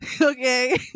Okay